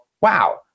wow